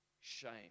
shame